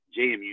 JMU